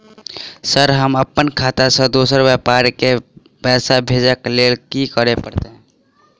Sir हम अप्पन खाता सऽ दोसर व्यापारी केँ पैसा भेजक लेल की करऽ पड़तै?